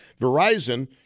Verizon